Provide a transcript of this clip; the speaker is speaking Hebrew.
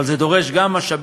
אבל זה דורש גם משאבים